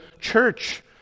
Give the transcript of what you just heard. church